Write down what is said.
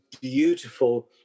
beautiful